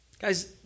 Guys